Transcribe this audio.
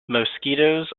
mosquitoes